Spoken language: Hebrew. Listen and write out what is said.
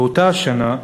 באותה השנה,